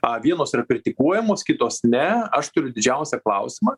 a vienos yra kritikuojamos kitos ne aš turiu didžiausią klausimą